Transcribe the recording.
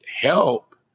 help